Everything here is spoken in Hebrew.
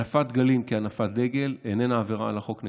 הנפת דגלים, הנפת דגל איננה עבירה על החוק.